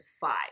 five